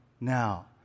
now